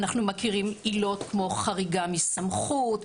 אנחנו מכירים עילות כמו חריגה מסמכות,